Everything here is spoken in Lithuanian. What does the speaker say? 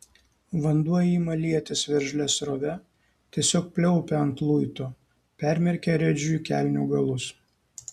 vanduo ima lietis veržlia srove tiesiog pliaupia ant luito permerkia redžiui kelnių galus